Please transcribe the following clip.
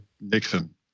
Nixon